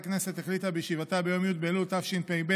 ועדת הכנסת החליטה בישיבתה ביום י' באלול התשפ"ב,